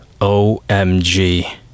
OMG